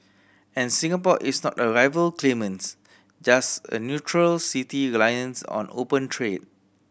and Singapore is not a rival claimants just a neutral city reliant on open trade